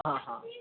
हा हा